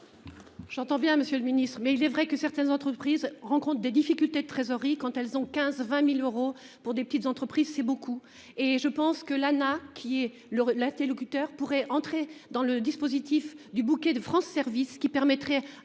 J'entends bien Monsieur le Ministre, mais il est vrai que certaines entreprises rencontrent des difficultés de trésorerie, quand elles ont 15, 20.000 euros pour des petites entreprises c'est beaucoup et je pense que l'Anaes qui est le locuteurs pourrait entrer dans le dispositif du bouquet de France service qui permettrait à